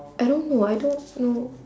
I don't know I don't know